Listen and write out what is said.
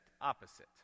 opposite